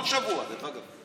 כל שבוע, דרך אגב.